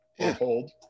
hold